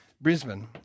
Brisbane